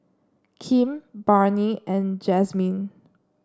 Kim Barnie and Jazmyne